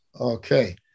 Okay